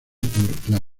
por